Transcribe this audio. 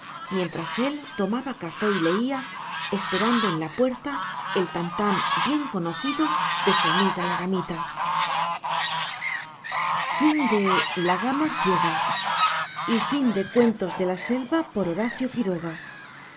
mientras él tomaba café y leía esperando en la puerta el tan tan bien conocido de su amiga la gamita la abeja haragana historia de dos cachorros de coatí y de dos